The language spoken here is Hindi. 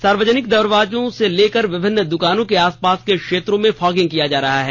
सार्वजनिक दरवाजों से लेकर विभिन्न द्वकानों के आसपास के क्षेत्रों में फागिंग किया जा रहा है